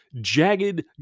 jagged